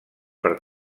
per